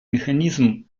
механизм